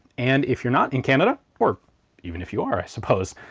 and if you're not in canada or even if you are, i suppose,